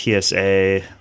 PSA